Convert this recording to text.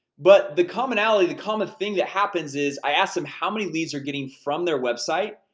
but the commonality, the common thing that happens is i ask them how many leads they're getting from their website,